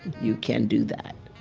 you can do that